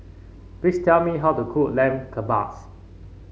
please tell me how to cook Lamb Kebabs